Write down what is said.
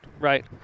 right